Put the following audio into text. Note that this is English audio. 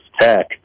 Tech